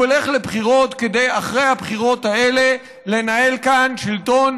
הוא הולך לבחירות כדי לנהל כאן שלטון